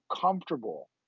comfortable